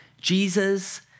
Jesus